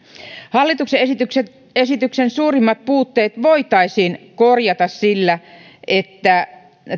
hallituksen esityksen suurimmat puutteet voitaisiin korjata sillä että